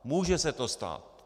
Může se to stát.